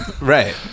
Right